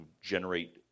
generate